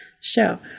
show